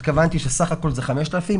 התכוונתי שבסך הכול מדובר ב-5,000.